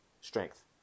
strength